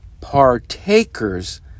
partakers